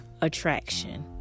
attraction